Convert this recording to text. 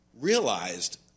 realized